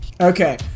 Okay